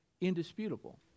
Indisputable